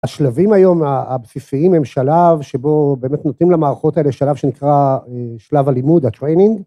השלבים היום הבסיסיים הם שלב שבו באמת נותנים למערכות האלה שלב שנקרא שלב הלימוד, ה-training.